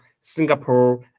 Singapore